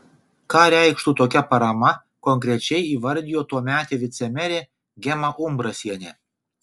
ką reikštų tokia parama konkrečiai įvardijo tuometė vicemerė gema umbrasienė